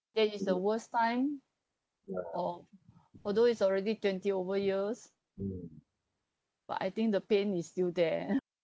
that is the worst time al~ although it's already twenty over years but I think the pain is still there